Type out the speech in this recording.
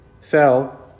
fell